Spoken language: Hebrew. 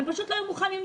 פשוט לא היו מוכנים לשמוע.